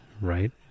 right